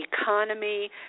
economy